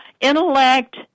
intellect